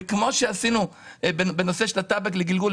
וכמו שעשינו בנושא של הטבק לגלגול,